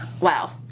wow